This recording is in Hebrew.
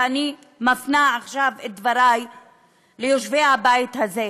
ואני מפנה עכשיו את דברי ליושבי הבית הזה: